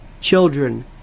children